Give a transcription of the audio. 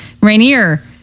Rainier